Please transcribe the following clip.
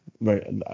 right